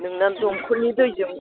नोंना दंखलनि दैजों